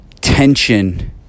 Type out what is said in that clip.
tension